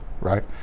right